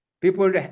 people